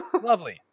lovely